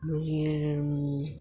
मागीर